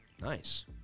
Nice